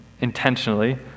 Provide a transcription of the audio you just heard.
intentionally